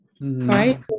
Right